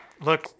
Look